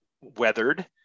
weathered